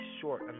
short